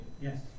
Yes